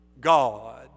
God